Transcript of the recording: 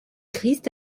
christ